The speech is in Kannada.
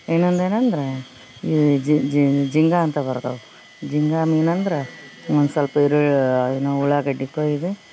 ಇನ್ನೊಂದೇನಂದ್ರ ಈ ಜಿಂಗ ಅಂತ ಬರ್ತಾವು ಜಿಂಗ ಮೀನು ಅಂದ್ರ ಒಂದು ಸ್ವಲ್ಪ ಇರು ಏನು ಉಳ್ಳಾಗಡ್ಡಿ ಕೊಯ್ದು